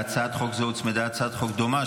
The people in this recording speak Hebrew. להצעת החוק זו הוצמדה הצעת חוק דומה,